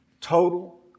Total